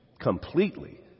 completely